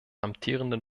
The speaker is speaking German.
amtierenden